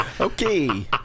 Okay